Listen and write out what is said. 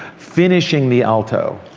finishing the alto,